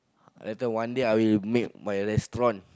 later one day I will make my restaurant